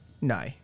no